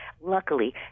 Luckily